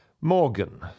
Morgan